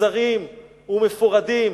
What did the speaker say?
מפוזרים ומפורדים.